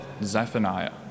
Zephaniah